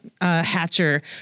Hatcher